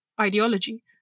ideology